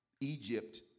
Egypt